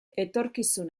etorkizun